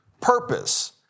purpose